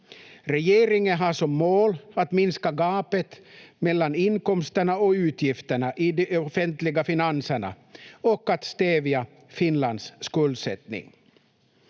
Regeringen har som mål att minska gapet mellan inkomsterna och utgifterna i de offentliga finanserna och att stävja Finlands skuldsättning.